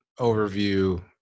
overview